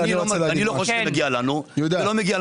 אני חושב שלא מגיע לנו או למשרד.